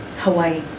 Hawaii